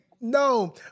no